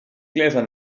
gläsern